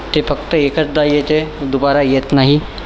ते फक्त एकचदा येते दुबारा येत नाही